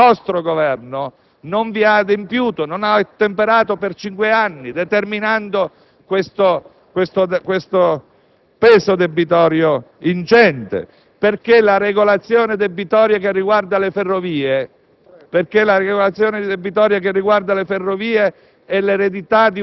a modificare quella normativa: ebbene, quel Governo, che è stato il vostro Governo, non ha adempiuto, non ha ottemperato per cinque anni, determinando questo peso debitorio ingente. Allo stesso modo, la regolazione debitoria che riguarda le Ferrovie